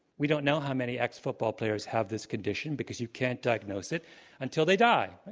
we don't know how many ex-football players have this condition because you can't diagnose it until they die,